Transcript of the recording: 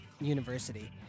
University